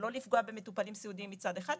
שלא לפגוע במטופלים סיעודיים מצד אחד,